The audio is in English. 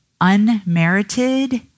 unmerited